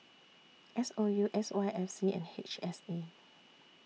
S O U S Y F C and H S A